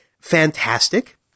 fantastic